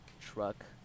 truck